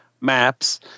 maps